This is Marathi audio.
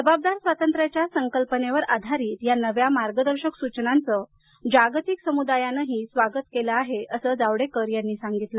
जबाबदार स्वातंत्र्याच्या संकल्पनेवर आधारित या नव्या मार्गदर्शक सूचनांच जागतिक समुदायानंही स्वागत केलं आहे असं जावडेकर यांनी सांगितलं